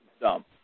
Dumb